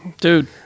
Dude